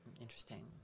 interesting